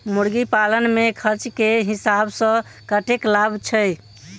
मुर्गी पालन मे खर्च केँ हिसाब सऽ कतेक लाभ छैय?